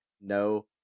no